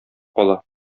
кала